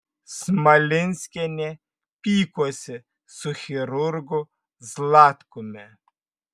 smalinskienė pykosi su chirurgu zlatkumi